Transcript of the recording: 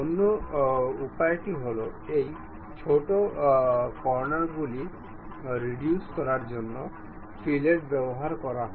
অন্য উপায়টি হল এই ছোট কর্নারগুলি রিডিউস করার জন্য ফিলেট ব্যবহার করা হয়